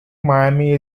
miami